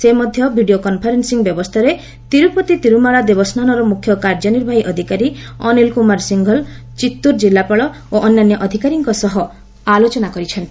ସେ ମଧ୍ୟ video conferencing ବ୍ୟବସ୍ଥାରେ ତିରୁପତି ତିରୁମଳା ଦେବସ୍କାନର ମୁଖ୍ୟ କାର୍ଯ୍ୟନିର୍ବାହୀ ଅଧିକାରୀ ଅନିଲ୍ କୁମାର ସିଂହଲ୍ ଚିତ୍ତୁର ଜିଲ୍ଲାପାଳ ଓ ଅନ୍ୟାନ୍ୟ ଅଧିକାରୀଙ୍କ ସହ ଆଲୋଚନା କରିଛନ୍ତି